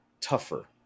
tougher